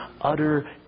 utter